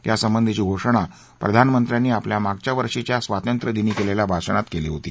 यासंबंधीची घोषणा प्रधानमंत्र्यांनी आपल्या मागच्या वर्षीच्या स्वातंत्र्यदिनी केलेल्या भाषणात केली होती